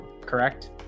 correct